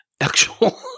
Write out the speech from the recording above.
actual